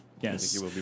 Yes